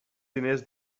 diners